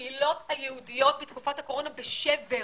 הקהילות היהודיות בתקופת הקורונה בשבר.